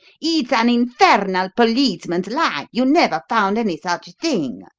it's an infernal policeman's lie! you never found any such thing!